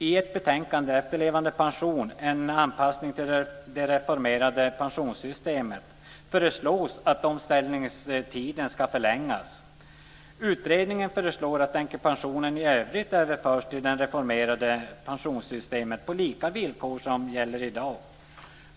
I ett betänkande, Efterlevandepension - en anpassning till det reformerade pensionssystemet, föreslås att omställningstiden ska förlängas. Utredningen föreslår att änkepensionen i övrigt överförs till det reformerade pensionssystemet på samma villkor som de som gäller i dag.